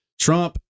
Trump